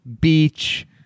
Beach